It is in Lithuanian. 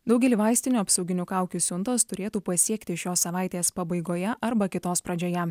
daugelį vaistinių apsauginių kaukių siuntos turėtų pasiekti šios savaitės pabaigoje arba kitos pradžioje